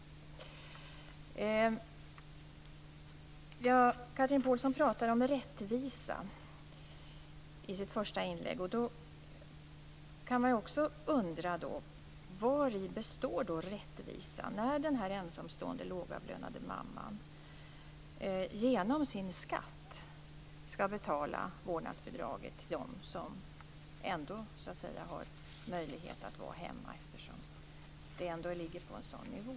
Chatrine Pålsson talade om rättvisa i sitt första inlägg. Då kan man undra vari rättvisan består när den ensamstående lågavlönade mamman genom sin skatt skall betala vårdnadsbidraget till dem som ändå har möjlighet att vara hemma eftersom vårdnadsbidraget ligger på en så låg nivå.